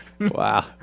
Wow